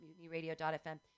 MutinyRadio.fm